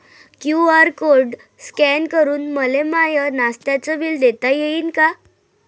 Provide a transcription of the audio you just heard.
QR code scan करून मले माय नास्त्याच बिल देता येईन का?